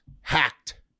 hacked